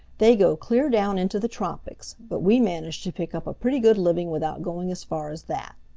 they go clear down into the tropics, but we manage to pick up a pretty good living without going as far as that.